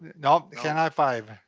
you know can't high-five.